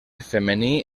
femení